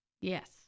Yes